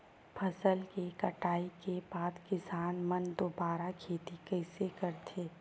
फसल के कटाई के बाद किसान मन दुबारा खेती कइसे करथे?